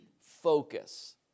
focus